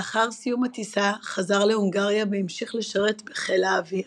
לאחר סיום הטיסה חזר להונגריה והמשיך לשרת בחיל האוויר.